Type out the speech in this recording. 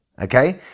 okay